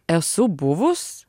esu buvus